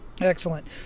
Excellent